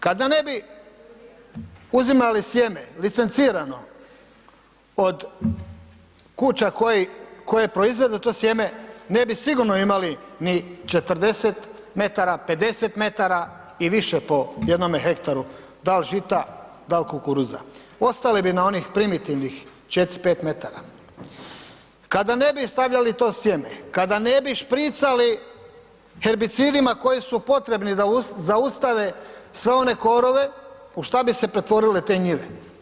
Kada ne bi uzimali sjeme licencirano od kuća koje proizvode to sjeme, ne bi sigurno imali ni 40 m, 50 m i više po jednome hektaru, dal žita, dal kukuruza, ostale bi na onih 4-5 m. Kada ne bi stavljali to sjeme, kada ne bi špricali herbicidima koji su potrebni da zaustave sve one korove, u šta bi se pretvorile te njive.